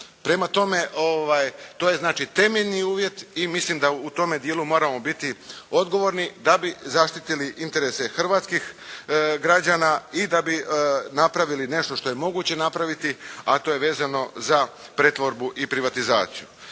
Prema tome, to je temeljni uvjet i mislim da u tom dijelu moramo biti odgovorni da bi zaštitili interese Hrvatskih građana i da bi napravili nešto što je moguće napraviti a to je vezano za pretvorbu i privatizaciju.